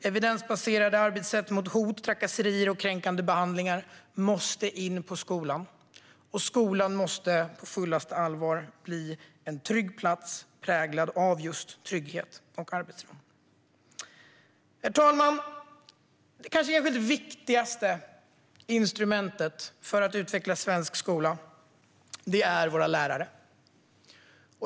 Evidensbaserade arbetssätt mot hot, trakasserier och kränkande behandling måste in på skolan, och skolan måste på fullaste allvar bli en plats som präglas av trygghet och arbetsro. Herr talman! Det kanske viktigaste instrumentet för att utveckla svensk skola är våra lärare.